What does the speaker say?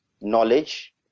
knowledge